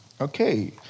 Okay